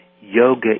yoga